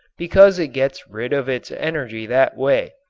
because it gets rid of its energy that way.